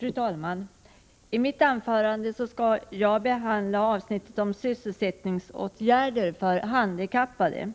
Fru talman! I mitt anförande skall jag behandla avsnittet om sysselsättningsåtgärder för handikappade.